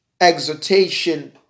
exhortation